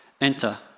Enter